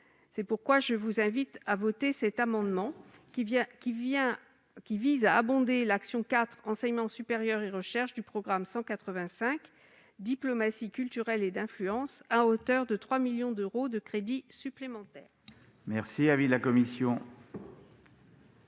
chers collègues, je vous invite à voter cet amendement qui vise à abonder l'action n° 04, Enseignement supérieur et recherche, du programme 185, « Diplomatie culturelle et d'influence », à hauteur de 3 millions d'euros de crédits supplémentaires. Quel est l'avis de la commission